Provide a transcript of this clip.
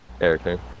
Eric